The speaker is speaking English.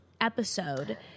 episode